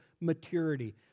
maturity